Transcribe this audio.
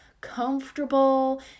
comfortable